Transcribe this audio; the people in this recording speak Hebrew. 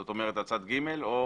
זאת אומרת צד ג' או